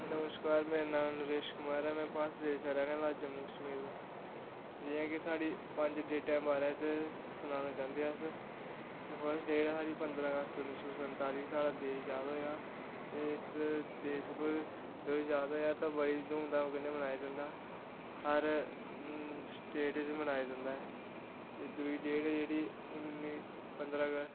नमस्कार मेरा नांऽ नरेश कुमार ऐ में पानसे दा रौह्ने आह्ला जम्मू कश्मीर दा जियां के साढ़ी पंज डेटें दे बारे च सनाना चाह्न्दे अस ते फस्ट डेट ऐ साढ़ी पंदरां अगस्त उन्नी सौ संताली साढ़ा देश अजाद होएया ते इस देश पर अजाद ते होआ ते बड़ी धूमधाम कन्नै मनाया जंदा हा हर स्टेट च मनाया जंदा ऐ ते दुई डेट ऐ जेह्ड़ी उन्नी पंदरां